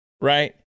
right